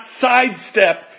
sidestep